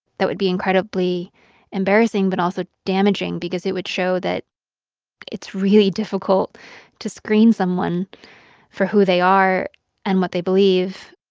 that would be incredibly embarrassing but also damaging because it would show that it's really difficult to screen someone for who they are and what they believe.